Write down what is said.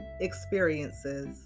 experiences